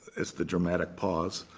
it's the dramatic pause,